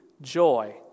Joy